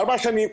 ארבע שנים,